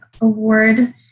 award